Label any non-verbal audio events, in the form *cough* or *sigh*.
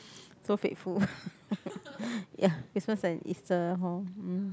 so faithful *laughs* ya Christmas and Easter hor